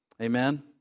Amen